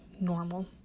normal